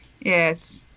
Yes